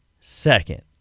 second